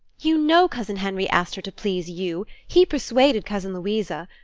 you know cousin henry asked her to please you he persuaded cousin louisa.